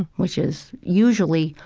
which is usually,